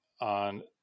on